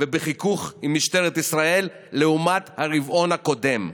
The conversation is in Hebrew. ובחיכוך עם משטרת ישראל לעומת הרבעון הקודם.